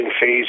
phase